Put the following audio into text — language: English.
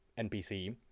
NPC